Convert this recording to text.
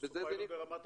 ובזה זה נגמר.